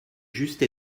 juste